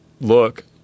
look